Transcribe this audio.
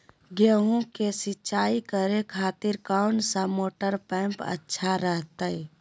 गेहूं के सिंचाई करे खातिर कौन सा मोटर पंप अच्छा रहतय?